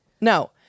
no